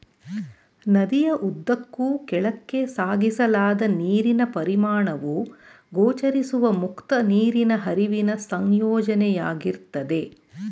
ನದಿಯ ಉದ್ದಕ್ಕೂ ಕೆಳಕ್ಕೆ ಸಾಗಿಸಲಾದ ನೀರಿನ ಪರಿಮಾಣವು ಗೋಚರಿಸುವ ಮುಕ್ತ ನೀರಿನ ಹರಿವಿನ ಸಂಯೋಜನೆಯಾಗಿರ್ತದೆ